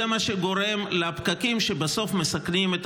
זה מה שגורם לפקקים שבסוף מסכנים את